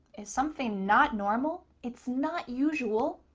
is something not normal? it's not usual.